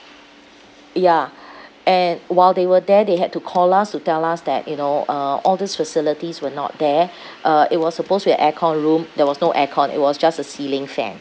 ya and while they were there they had to call us to tell us that you know uh all these facilities were not there uh it was supposed to be aircon room there was no aircon it was just a ceiling fan